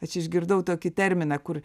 aš išgirdau tokį terminą kur